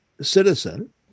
citizen